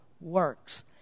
works